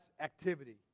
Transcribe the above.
activity